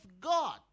God